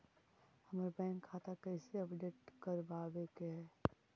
हमर बैंक खाता कैसे अपडेट करबाबे के है?